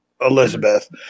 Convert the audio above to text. Elizabeth